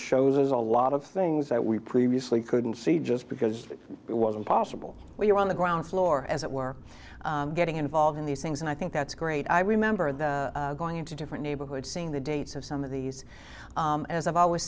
shows a lot of things that we previously couldn't see just because it wasn't possible when you're on the ground floor as it were getting involved in these things and i think that's great i remember that going into different neighborhoods seeing the dates of some of these as i've always